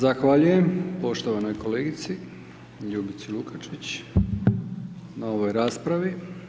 Zahvaljujem poštovanoj kolegici Ljubici Lukačić na ovoj raspravi.